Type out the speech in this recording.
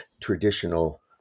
traditional